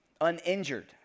uninjured